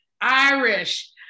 Irish